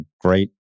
Great